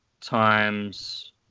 times